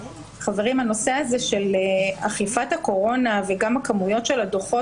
חברים: הנושא הזה של אכיפת הקורונה וגם הכמויות של הדוחות,